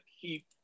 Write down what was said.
keep